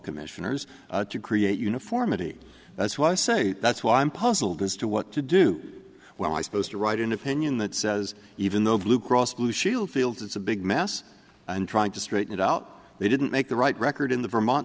commission there's to create uniformity that's why i say that's why i'm puzzled as to what to do when my supposed to write an opinion that says even though blue cross blue shield feels it's a big mess and trying to straighten it out they didn't make the right record in the vermont